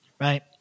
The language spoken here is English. right